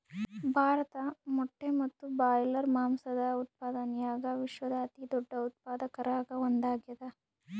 ಭಾರತ ಮೊಟ್ಟೆ ಮತ್ತು ಬ್ರಾಯ್ಲರ್ ಮಾಂಸದ ಉತ್ಪಾದನ್ಯಾಗ ವಿಶ್ವದ ಅತಿದೊಡ್ಡ ಉತ್ಪಾದಕರಾಗ ಒಂದಾಗ್ಯಾದ